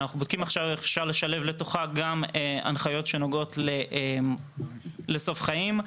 אנחנו בודקים עכשיו איך אפשר לשלב לתוכה גם הנחיות שנוגעות לסוף חיים.